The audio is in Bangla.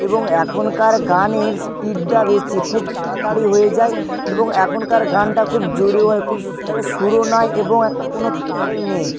এবং এখনকার গানের স্পিডডা বেশি খুব তাড়াতাড়ি হয়ে যায় এবং এখনকার গানটা খুব জোরেও হয় খুব সু একটা সুরও নাই এবং একটা কোনো তাল নেই